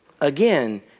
Again